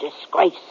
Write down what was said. disgrace